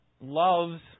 loves